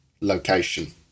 location